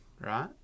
right